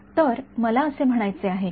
तर मला असे म्हणायचे आहे कि